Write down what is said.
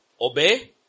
obey